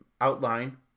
outline